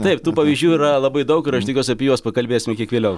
taip tų pavyzdžių yra labai daug ir aš tikiuosi apie juos pakalbėsim kiek vėliau